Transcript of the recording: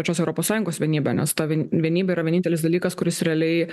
pačios europos sąjungos vienybę nes ta vien vienybė yra vienintelis dalykas kuris realiai